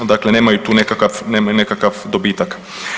Dakle, nemaju tu nekakav dobitak.